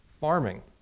farming